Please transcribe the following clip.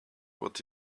what